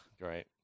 great